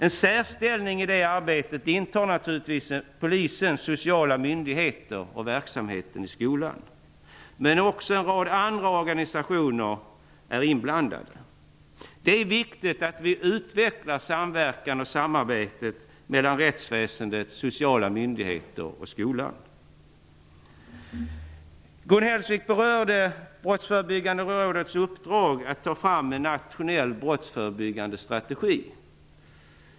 En särställning i det arbetet intar naturligtvis Polisen, sociala myndigheter och verksamheten i skolan, men också en rad andra organisationer är inblandade. Det är viktigt att vi utvecklar samverkan och samarbetet mellan rättsväsendet, sociala myndigheter och skolan. Gun Hellsvik berörde Brottsförebyggande rådets uppdrag att ta fram en nationell brottsförebyggande strategi.